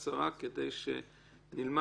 אני לא בטוח שבחשבון המשותף כשיש יחיד ותאגיד